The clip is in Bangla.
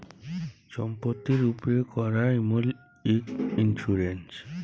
ছম্পত্তির উপ্রে ক্যরা ইমল ইক ইল্সুরেল্স